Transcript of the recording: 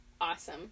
awesome